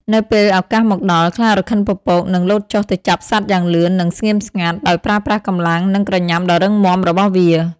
នៅពេលឱកាសមកដល់ ខ្លារខិនពពកនឹង លោតចុះទៅចាប់សត្វយ៉ាងលឿន និងស្ងៀមស្ងាត់ ដោយប្រើប្រាស់កម្លាំង និងក្រញាំដ៏រឹងមាំរបស់វា។